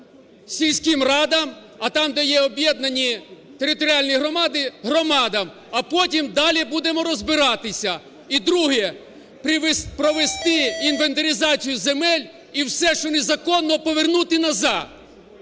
сільським радам, а там, де є об'єднані територіальні громади – громадам. А потім далі будемо розбиратися. І друге – провести інвентаризацію земель і все що незаконно повернути назад.